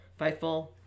Fightful